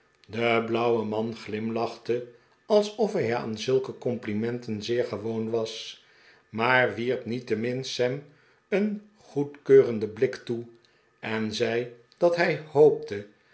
de blauwe man glimlachte alsof hij aan zulke complimenten zeer gewoon was maar wierp niettemin sam een goedkeurenden blik toe en zei dat hij hoopte